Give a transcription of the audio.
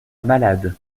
malade